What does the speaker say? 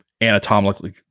anatomically